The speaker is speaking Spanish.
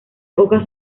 hojas